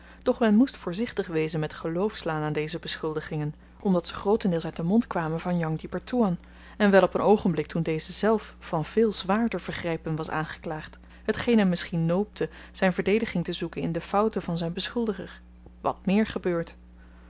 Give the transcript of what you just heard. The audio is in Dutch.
doch men moest voorzichtig wezen met geloof slaan aan deze beschuldigingen omdat ze grootendeels uit den mond kwamen van jang di pertoean en wel op een oogenblik toen deze zelf van veel zwaarder vergrypen was aangeklaagd hetgeen hem misschien noopte zyn verdediging te zoeken in de fouten van zyn beschuldiger wat meer gebeurt